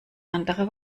andere